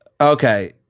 Okay